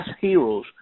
heroes